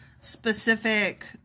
specific